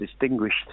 distinguished